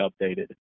updated